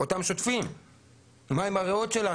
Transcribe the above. אבל מה עם הריאות שלנו?